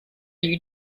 you